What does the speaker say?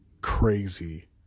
crazy